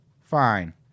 fine